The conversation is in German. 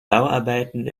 bauarbeiten